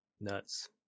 Nuts